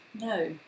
No